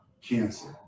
cancer